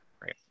Right